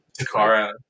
Takara